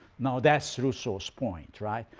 now that's rousseau's point. right?